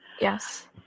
Yes